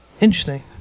Interesting